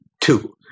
Two